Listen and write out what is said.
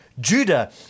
Judah